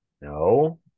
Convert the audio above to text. No